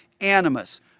animus